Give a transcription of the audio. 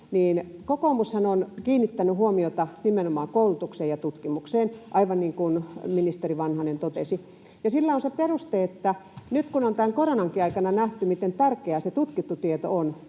kokoomushan on kiinnittänyt huomiota nimenomaan koulutukseen ja tutkimukseen, aivan niin kuin ministeri Vanhanen totesi, ja sillä osa se peruste, että nyt kun on tämän koronankin aikana nähty, miten tärkeää se tutkittu tieto on